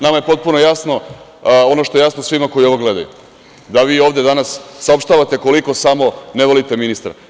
Nama je potpuno jasno ono što je jasno svima koji ovo gledaju da vi ovde danas saopštavate koliko samo ne volite ministra.